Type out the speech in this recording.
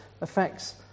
affects